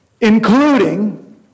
Including